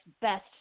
best